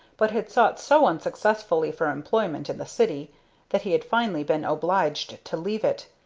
but had sought so unsuccessfully for employment in the city that he had finally been obliged to leave it,